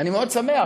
אני מאוד שמח,